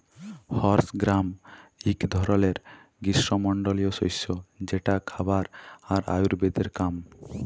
horse gram এক ধরলের গ্রীস্মমন্ডলীয় শস্য যেটা খাবার আর আয়ুর্বেদের কাম